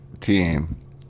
team